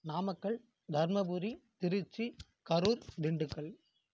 Namakkal Dharmapuri Tiruchi Karur Dindigul